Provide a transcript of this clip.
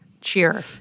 cheer